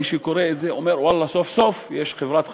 מי שקורא את זה אומר: סוף-סוף יש חברת חשמל,